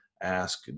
ask